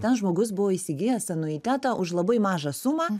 ten žmogus buvo įsigijęs anuitetą už labai mažą sumą